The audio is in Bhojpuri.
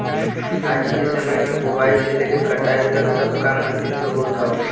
आज के समय में बोआई से लेके कटाई तक सब काम मशीन से होत हौ